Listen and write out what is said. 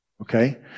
okay